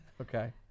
okay